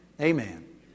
Amen